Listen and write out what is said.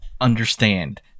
understand